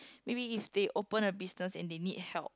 maybe if they open a business and they need help